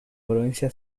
provincia